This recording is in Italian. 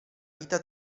vita